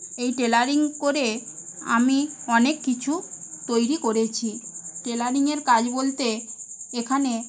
এই টেলারিং করে আমি অনেক কিছু তৈরি করেছি টেলারিংয়ের কাজ বলতে এখানে